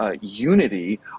unity